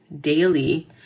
daily